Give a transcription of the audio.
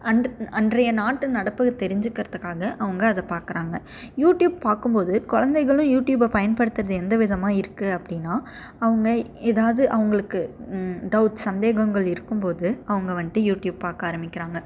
an அன்றைய நாட்டு நடப்பு தெரிஞ்சிக்கிறதுக்காக அவங்க அதை பார்க்குறாங்க யூடியூப் பார்க்கும்போது குழந்தைகளும் யூடியூபை பயன்படுத்துகிறது எந்த விதமாக இருக்குது அப்படினா அவங்க ஏதாவது அவங்களுக்கு டவுட்ஸ் சந்தேகங்கள் இருக்கும்போது அவங்க வந்துட்டு யூடியூப் பார்க்க ஆரம்மிக்கிறாங்க